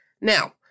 Now